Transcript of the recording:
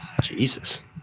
Jesus